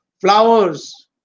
flowers